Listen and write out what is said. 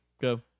Go